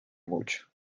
mucho